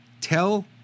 Tell